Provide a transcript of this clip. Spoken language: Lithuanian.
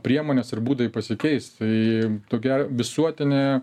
priemonės ir būdai pasikeis tai tokia visuotinė